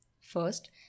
First